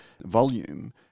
volume –